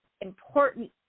important